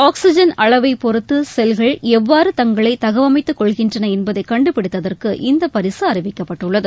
oxygen அளவைப் பொறுத்து செல்கள் எவ்வாறு தங்களை தகவமத்துக்கொள்கின்றன என்பதை கண்டுபிடித்ததற்கு இந்த பரிசு அறிவிக்கப்பட்டுள்ளது